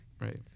Right